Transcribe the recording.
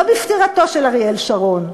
לא בפטירתו של אריאל שרון,